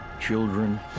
Children